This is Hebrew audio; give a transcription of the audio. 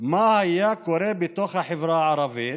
מה קורה בתוך החברה הערבית,